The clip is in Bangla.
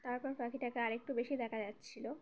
তারপর পাখিটাকে আরেকটু বেশি দেখা যাচ্ছিল